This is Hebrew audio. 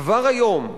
כבר היום,